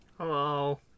Hello